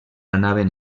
anaven